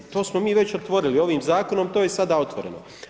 To smo mi već otvorili, ovim zakonom to je sada otvoreno.